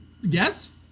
Yes